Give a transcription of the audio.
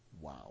Wow